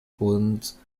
bodens